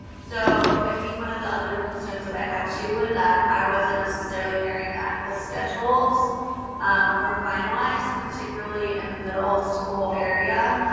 so i think one of the other concerns that i had too, was that i wasn't necessarily hearing that the schedules were finalized, particularly in the middle school area.